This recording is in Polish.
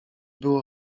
było